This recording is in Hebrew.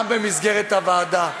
גם במסגרת הוועדה.